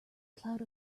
cloud